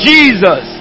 Jesus